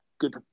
good